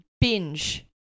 Binge